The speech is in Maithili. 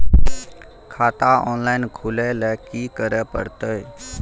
खाता ऑनलाइन खुले ल की करे परतै?